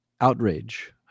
outrage